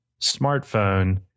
smartphone